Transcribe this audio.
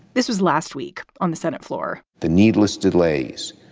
this was last week on the senate floor. the needless delays,